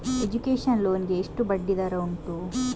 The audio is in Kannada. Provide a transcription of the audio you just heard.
ಎಜುಕೇಶನ್ ಲೋನ್ ಗೆ ಎಷ್ಟು ಬಡ್ಡಿ ದರ ಉಂಟು?